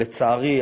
לצערי,